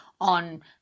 on